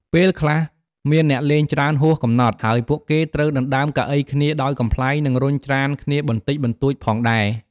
ពេលខ្លះ មានអ្នកលេងច្រើនហួសកំណត់ ហើយពួកគេត្រូវដណ្តើមកៅអីគ្នាដោយកំប្លែង និងរុញច្រានគ្នាបន្តិចបន្តួចផងដែរ។